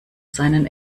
seinen